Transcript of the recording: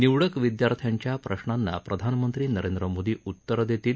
निवडक विद्यार्थ्यांच्या प्रशांना प्रधानमंत्री नरेंद्र मोदी उत्तर देतील